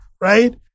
right